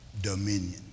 dominion